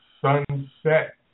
sunset